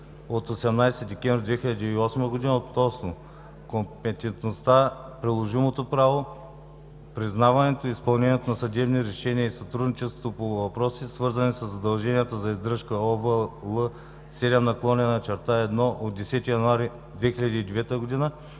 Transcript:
от 18 декември 2008 г. относно компетентността, приложимото право, признаването и изпълнението на съдебни решения и сътрудничеството по въпроси, свързани със задължения за издръжка (ОВ, L 7/1 от 10 януари 2009 г.)